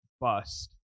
bust